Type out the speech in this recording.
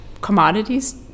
commodities